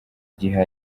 gihe